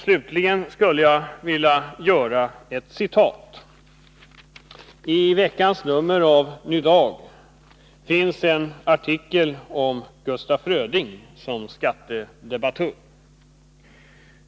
Slutligen skall jag citera Gustaf Fröding. I veckans nummer av Ny Dag finns en artikel om Gustaf Fröding som skattedebattör.